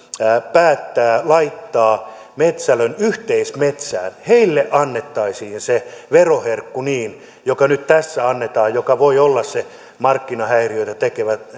päättää laittaa metsälön yhteismetsään heille annettaisiin se veroherkku joka nyt tässä annetaan ja joka voi olla se markkinahäiriöitä tekevä